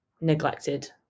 neglected